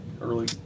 early